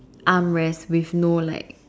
arm rest with no like